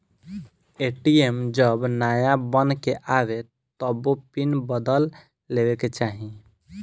ATM जब नाया बन के आवे तबो पिन बदल लेवे के चाही